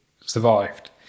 survived